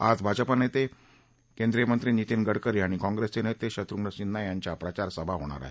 आज भाजपा नेते केंद्रीय मंत्री नितीन गडकरी आणि काँप्रेसचे नेते शत्रुघ्न सिंन्हा यांच्या प्रचार सभा होणार आहेत